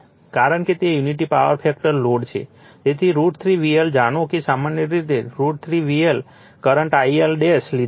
કારણ કે તે યુનિટી પાવર ફેક્ટર લોડ છે તેથી √ 3 VL જાણો કે સામાન્ય √ 3 VL કરંટ IL લીધો છે